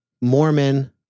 Mormon